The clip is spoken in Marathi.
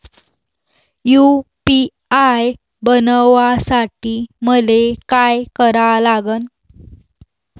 यू.पी.आय बनवासाठी मले काय करा लागन?